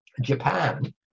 Japan